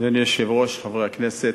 אדוני היושב-ראש, חברי הכנסת,